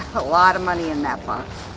a lot of money in that box.